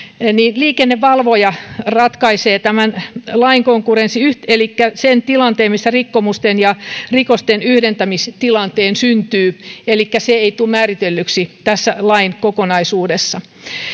niin liikennevalvoja ratkaisee lainkonkurrenssin elikkä sen tilanteen missä rikkomusten ja rikosten yhdentämistilanne syntyy elikkä se ei tule määritellyksi tässä lain kokonaisuudessa